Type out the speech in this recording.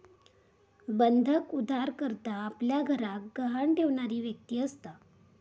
बंधक उधारकर्ता आपल्या घराक गहाण ठेवणारी व्यक्ती असता